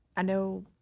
i know